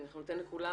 אנחנו ניתן לכולם.